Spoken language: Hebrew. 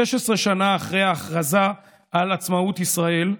16 שנים אחרי ההכרזה על עצמאות ישראל,